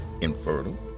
infertile